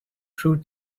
through